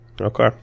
okay